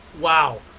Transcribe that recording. wow